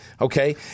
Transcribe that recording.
Okay